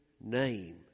name